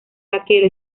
vaquero